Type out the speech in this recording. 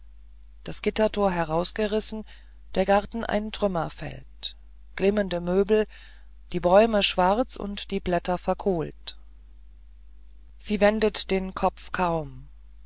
das gittertor herausgerissen der garten ein trümmerfeld glimmernde möbel die bäume schwarz und die blätter verkohlt sie wendet den kopf kaum